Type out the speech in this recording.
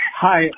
Hi